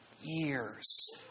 years